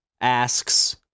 asks